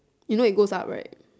you know it goes up right